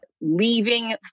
leaving